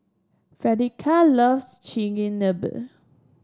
Fredericka loves Chigenabe